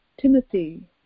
Timothy